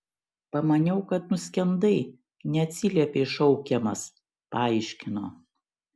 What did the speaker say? pamaniau kad nuskendai neatsiliepei šaukiamas paaiškino